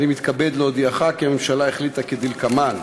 אני מתכבד להודיעך כי הממשלה החליטה כדלקמן: